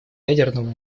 ядерного